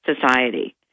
society